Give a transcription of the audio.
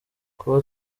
kuba